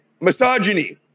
misogyny